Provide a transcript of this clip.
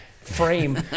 frame